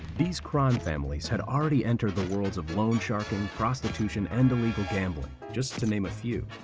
these crime families had already entered the worlds of loan sharking, prostitution, and illegal gambling, just to name a few,